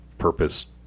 purpose